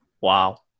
Wow